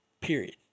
Period